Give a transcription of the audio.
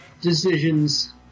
decisions